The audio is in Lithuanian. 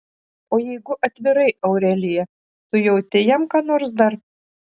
o jeigu atvirai aurelija tu jauti jam ką nors dar